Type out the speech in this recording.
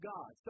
God